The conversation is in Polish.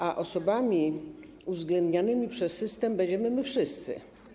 A osobami uwzględnianymi przez system będziemy my wszyscy.